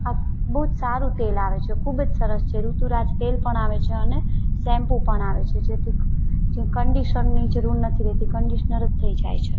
આ બહુ સારું તેલ આવે છે ખૂબ જ સરસ છે ઋતુરાજ તેલ પણ આવે છે અને શેમ્પૂ પણ આવે છે જેથી કંડિશનરની જરૂર નથી રહેતી કંડિશનર જ થઈ જાય છે